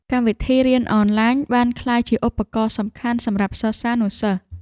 កម្មវិធីរៀនអនឡាញ បានក្លាយជាឧបករណ៍សំខាន់សម្រាប់សិស្សានុសិស្ស។